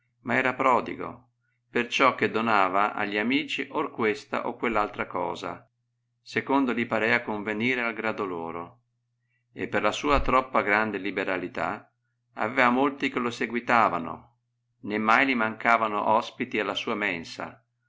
ma era prodigo perciò che donava a gli amici or questa or quelr altra cosa secomlo li parea convenire al grado loro e per la sua troppo grande liberalità aveva molti che lo seguitavano né mai li mancavano ospiti alla sua mensa